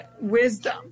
wisdom